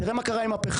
תראה מה קרה עם הפחם.